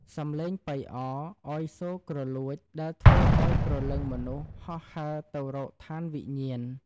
សំឡេងប៉ីអរឱ្យសូរគ្រលួចដែលធ្វើឱ្យព្រលឹងមនុស្សហោះហើរទៅរកឋានវិញ្ញាណ។